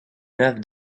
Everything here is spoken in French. neuve